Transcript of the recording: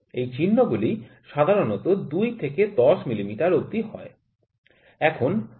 এই চিহ্নগুলি সাধারণত ২ থেকে ১০ মিমি অবধি হয়